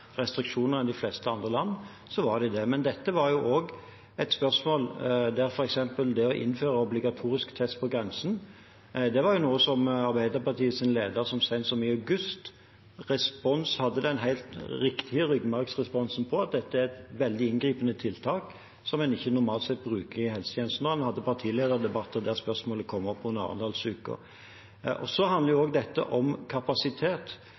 restriksjoner enn de fleste andre land, var de det. Men dette var jo også et spørsmål der f.eks. det å innføre obligatorisk test på grensen var noe som Arbeiderpartiets leder så sent som i august hadde den helt riktige ryggmargsrefleksen på, at dette er et veldig inngripende tiltak som en ikke normalt sett bruker i helsetjenesten. Det var under partilederdebatten i Arendalsuka spørsmålet kom opp. Dette handler også om kapasitet. En vesentlig forutsetning for å innføre testing på grensen var jo